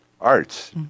Arts